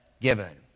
given